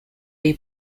dei